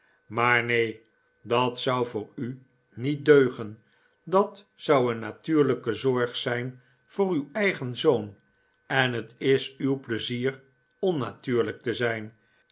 maar neen dat zou voor u niet deugen dat zou een natuurlijke zorg zijn voor uw eigen zoon en het is uw pleizier onnatuurlijk te zijn